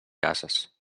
ases